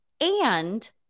And-